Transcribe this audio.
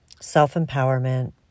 self-empowerment